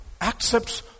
accepts